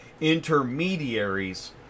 Intermediaries